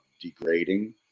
degrading